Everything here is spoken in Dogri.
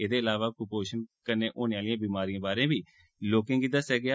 ऐहदे अलावा कुपोशण कन्नै होने आहलिएं बमरिएं बारै बी लोकें गी दस्सेआ गेआ